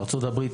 בארצות הברית